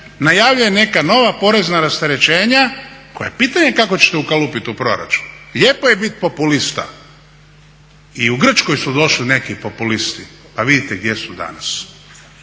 najavljuje neka nova porezna rasterećenja koja pitanje je kako ćete ukalupiti u proračun. Lijepo je biti populista. I u Grčkoj su došli neki populisti, pa vidite gdje su danas.